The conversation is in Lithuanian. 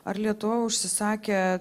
ar lietuva užsisakė